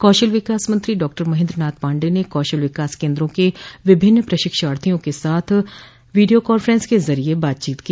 कौशल विकास मंत्री डॉक्टर महेंद्र नाथ पांडेय ने कौशल विकास केंद्रों के विभिन्न प्रशिक्षणार्थियों के साथ वीडियो कांफ्रेंस के जरिए बातचीत की